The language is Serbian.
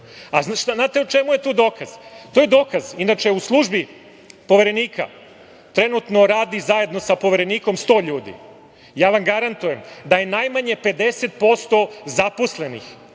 interesa. Znate u čemu je tu dokaz. To je dokaz, inače u službi poverenika, trenutno radi zajedno sa poverenikom sto ljudi, ja vam garantujem da je najmanje pedeset